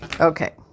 okay